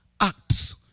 acts